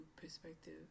perspective